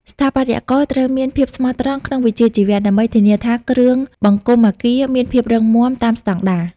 ស្ថាបត្យករត្រូវមានភាពស្មោះត្រង់ក្នុងវិជ្ជាជីវៈ ដើម្បីធានាថាគ្រឿងបង្គុំអគារមានភាពរឹងមាំតាមស្តង់ដារ។